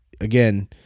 again